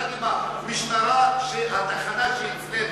יחד עם המשטרה, התחנה שאצלנו.